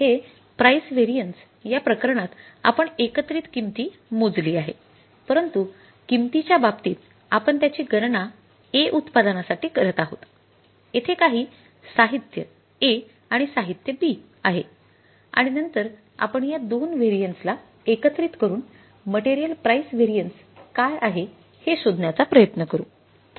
हे price variance या प्रकरणात आपण एकत्रित किंमत मोजली आहे परंतु किंमतीच्या बाबतीत आपण त्याची गणना A उत्पादनासाठी करत आहोत तेथे काही साहित्य A आणि साहित्य B आहे आणि नंतर आपण या दोन व्हेरिएन्सला एकत्रित करून मटेरियल प्राईस व्हेरिएन्स काय आहे हे शोधण्याचा प्रयत्न करू